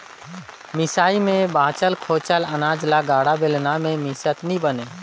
मिसई मे बाचल खोचल अनाज ल गाड़ा, बेलना मे मिसत नी बने